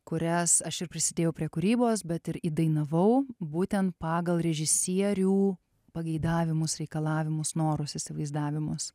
kurias aš ir prisidėjau prie kūrybos bet ir įdainavau būtent pagal režisierių pageidavimus reikalavimus norus įsivaizdavimus